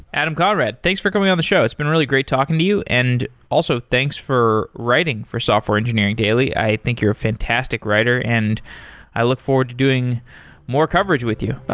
adam conrad, thanks for going on the show. it's been really great talking to you, and also thanks for writing for software engineering daily. i think you're a fantastic writer, and i look forward to doing more coverage with you.